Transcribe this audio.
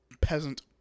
peasant